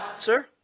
Sir